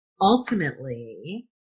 ultimately